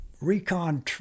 recon